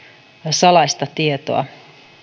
salaista tietoa